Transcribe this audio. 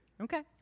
okay